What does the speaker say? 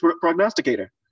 prognosticator